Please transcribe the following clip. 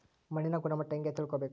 ಮಣ್ಣಿನ ಗುಣಮಟ್ಟ ಹೆಂಗೆ ತಿಳ್ಕೊಬೇಕು?